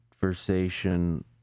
conversation